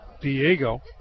Diego